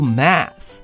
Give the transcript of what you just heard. math